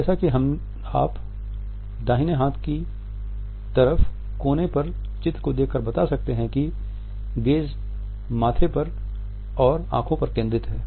जैसा कि आप दाहिने हाथ की तरफ कोने पर चित्र को देखकर बता सकते हैं कि गेज़ माथे और आंखों पर केंद्रित है